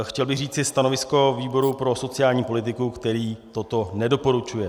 Chtěl bych říci stanovisko výboru pro sociální politiku, který toto nedoporučuje.